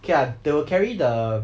okay lah they will carry the